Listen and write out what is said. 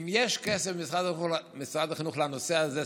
אם יש כסף במשרד החינוך לנושא הזה ספציפית,